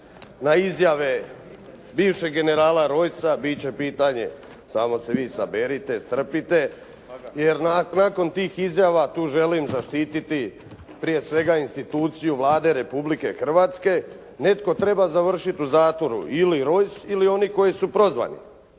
na izjave bivšeg generala Rojsa. Bit će pitanje, samo se vi saberite, strpite jer nakon tih izjava tu želim zaštititi prije svega instituciju Vlade Republike Hrvatske. Netko treba završiti u zatvoru, ili Rojs ili oni koji su prozvani